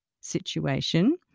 situation